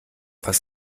was